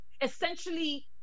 essentially